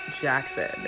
jackson